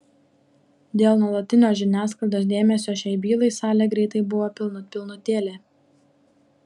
dėl nuolatinio žiniasklaidos dėmesio šiai bylai salė greitai buvo pilnut pilnutėlė